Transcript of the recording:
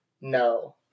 No